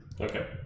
Okay